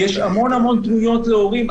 יש המון המון תלונות הורים,